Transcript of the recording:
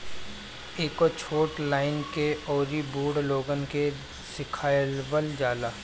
एके छोट लइकन के अउरी बूढ़ लोगन के खियावल जाला